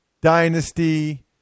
Dynasty